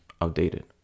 outdated